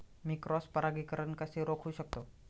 मी cross परागीकरण कसे रोखू शकतो?